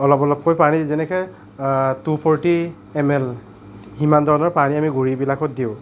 অলপ অলপ কৈ পানী যেনেকৈ টু ফৰ্টি এম এল সিমান ধৰণৰ পানী আমি গুৰিবিলাকত দিওঁ